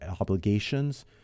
obligations